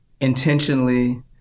intentionally